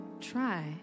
try